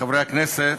חברי הכנסת,